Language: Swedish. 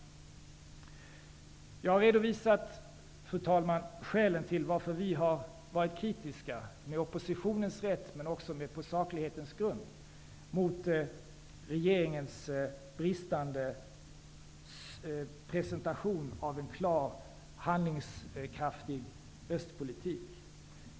Jag har redovisat skälen till att vi med oppositionens rätt men också på saklig grund har varit kritiska mot regeringens oförmåga att presentera en klar, handlingskraftig östpolitik.